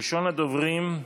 ראשון הדוברים,